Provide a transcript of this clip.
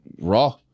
raw